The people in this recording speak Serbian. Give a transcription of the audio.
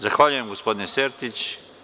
Zahvaljujem, gospodine Sertić.